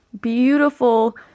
beautiful